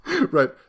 right